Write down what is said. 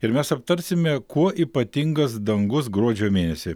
ir mes aptarsime kuo ypatingas dangus gruodžio mėnesį